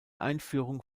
einführung